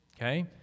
okay